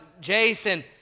Jason